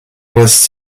was